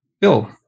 Bill